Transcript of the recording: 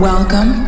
Welcome